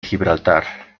gibraltar